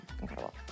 Incredible